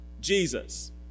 Jesus